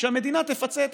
והמדינה תפצה,